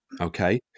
okay